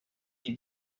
with